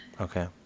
Okay